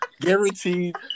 guaranteed